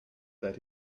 that